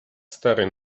старый